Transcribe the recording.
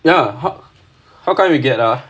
how come he get ah